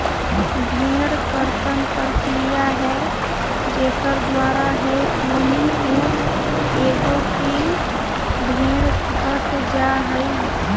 भेड़ कर्तन प्रक्रिया है जेकर द्वारा है ऊनी ऊन एगो की भेड़ कट जा हइ